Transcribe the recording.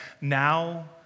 Now